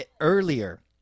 earlier